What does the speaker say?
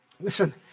Listen